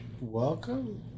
welcome